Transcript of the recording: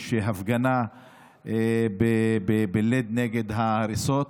יש ההפגנה באל-לד נגד ההריסות.